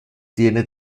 tiene